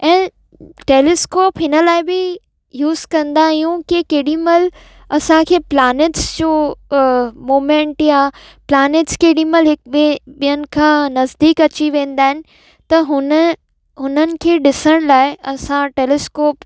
ऐं टैलिस्कॉप हिन लाइ बि यूस कंदा आहियूं की केॾीमहिल असांखे प्लानेट्स जो मूमेंट या प्लानेट्स केॾीमहिल हिकु ॿिए ॿियनि खां नज़दीक अची वेंदा आहिनि त हुन हुननि खे ॾिसण लाइ असां टैलिस्कॉप